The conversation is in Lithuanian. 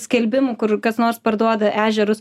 skelbimų kur kas nors parduoda ežerus